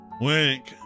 Wink